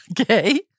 Okay